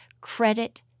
credit